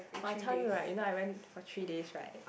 !wah! I tell you right you know I went for three days right